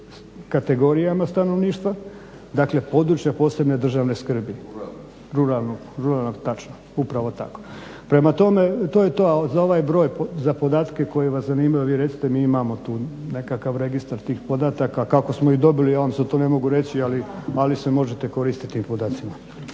kategorijama stanovništva, dakle područja od posebne državne skrbi, … …/Upadica: Ruralnog./… … Ruralnog, točno, upravo tako. Prema tome, to je to a za ovaj broj, za podatke koji vas zanimaju, vi recite, mi imamo tu nekakav registar tih podataka kako smo ih dobili ja vam sada to ne mogu reći ali se možete koristiti tim podacima.